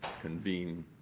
convene